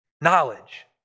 knowledge